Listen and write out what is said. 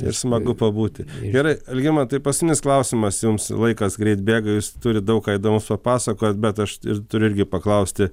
ir smagu pabūti gerai algimantai tai paskutinis klausimas jums laikas greit bėga jūs turit daug ką įdomaus papasakot bet aš turiu irgi paklausti